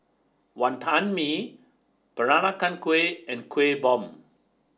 Wonton Mee Peranakan Kueh and Kueh Bom